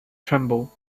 tremble